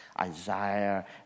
Isaiah